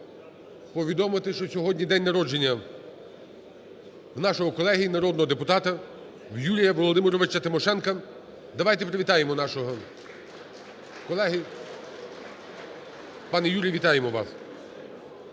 повідомити, що сьогодні день народження в нашого колеги народного депутата Юрія Володимировича Тимошенка. Давайте привітаємо нашого колегу. Пане Юрій, вітаємо вас.